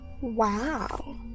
Wow